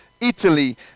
Italy